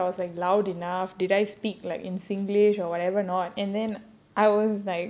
no I listened ya I listen to like five seconds to see if I was like loud enough did I speak like in singlish or whatever not and then I was like